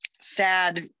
sad